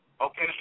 Okay